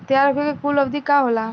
तैयार होखे के कूल अवधि का होला?